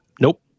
nope